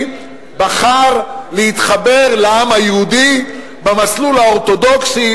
בחר להתחבר לעם היהודי במסלול האורתודוקסי,